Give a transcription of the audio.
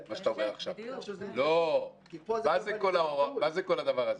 מה זה כל הדבר הזה?